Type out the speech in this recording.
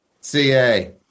CA